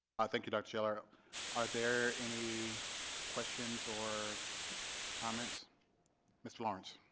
i thank you dr schiller are are there any questions or comments mr lawrence.